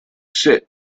sit